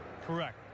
Correct